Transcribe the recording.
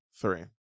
three